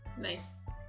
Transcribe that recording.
nice